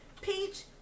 Peach